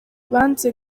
banze